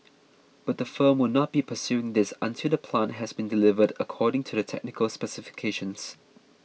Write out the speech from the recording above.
but the firm will not be pursuing this until the plant has been delivered according to the technical specifications